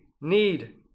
need